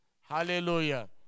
Hallelujah